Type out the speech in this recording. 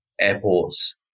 airports